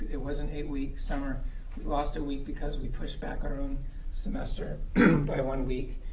it was an eight-week summer. we lost a week because we pushed back our own semester by one week,